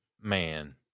man